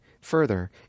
Further